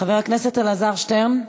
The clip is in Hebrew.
חבר הכנסת אלעזר שטרן,